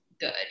good